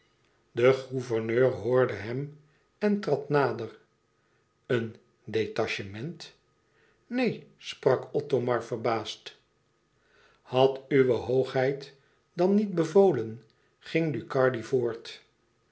de gouverneur hoorde hem en trad nader een detachement neen sprak othomar verbaasd had uwe hoogheid dan niet bevolen ging ducardi voort